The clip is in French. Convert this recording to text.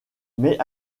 mais